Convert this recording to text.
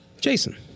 Jason